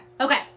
Okay